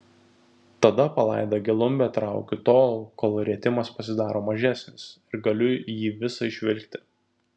tada palaidą gelumbę traukiu tol kol rietimas pasidaro mažesnis ir galiu jį visą išvilkti